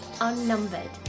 unnumbered